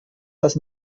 das